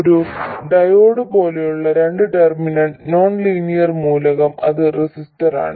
ഒരു ഡയോഡ് പോലെയുള്ള രണ്ട് ടെർമിനൽ നോൺ ലീനിയർ മൂലകം അത് റെസിസ്റ്ററാണ്